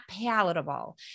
palatable